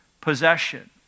possession